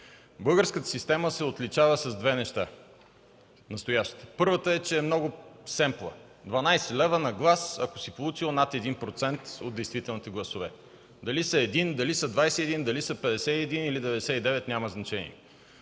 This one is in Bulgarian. българска система се отличава с две неща. Първото е, че е много семпла - дванадесет лева на глас, ако си получил над 1% от действителните гласове. Дали са 1%, дали са 21%, дали са 51%, или 99%, няма значение.